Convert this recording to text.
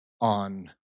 on